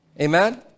Amen